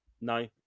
no